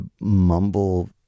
mumble